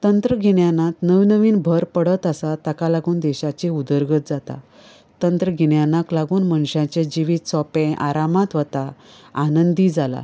तंत्रगिन्यानांत नवनवीन भर पडत आसा ताका लागून देशाची उदरगत जाता तंत्रगिन्यानांक लागून मनशांचे जिवीत सोंपें आरामांत वता आनंदी जालां